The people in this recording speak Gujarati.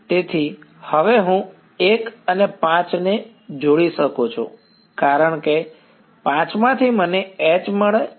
તેથી હવે હું 1 અને 5 ને જોડી શકું છું કારણ કે 5 માંથી મને H માટે સાચા સંબંધ મળે છે